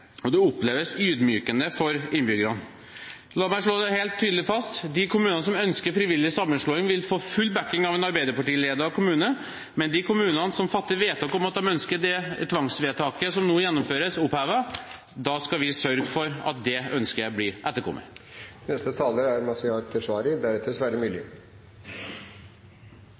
og det oppleves ydmykende for innbyggerne. La meg slå det helt tydelig fast: De kommunene som ønsker frivillig sammenslåing, vil få full oppbakking av en Arbeiderparti-ledet kommune, men for de kommunene som fatter vedtak om at de ønsker det tvangsvedtaket som nå gjennomføres, opphevet, skal vi sørge for at det ønsket blir etterkommet. Jeg har alltid vært litt nysgjerrig på hvor representanten Myrli